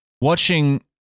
watching